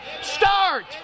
start